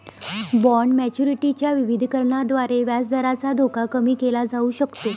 bond maturity च्या विविधीकरणाद्वारे व्याजदराचा धोका कमी केला जाऊ शकतो